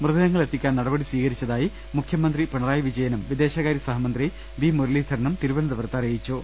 മൃതദേഹങ്ങൾ എത്തിക്കാൻ നടപടി സ്വീകരിച്ചതായി മുഖ്യമന്ത്രി പിണറായി വിജയനും വിദേശകാരൃ സഹമന്ത്രി വി മുരളീധരനും തിരുവനന്തപുരത്ത് അറിയിച്ചു